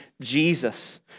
Jesus